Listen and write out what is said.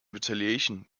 retaliation